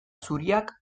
zuriak